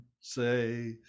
say